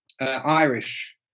Irish